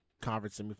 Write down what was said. conference